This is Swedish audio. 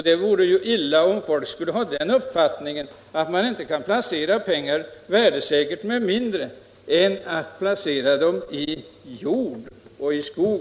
Det vore illa om folk skulle ha den uppfattningen att man inte kan placera pengar värdesäkert på annat sätt än genom att placera dem i jord och skog.